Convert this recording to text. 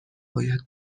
باید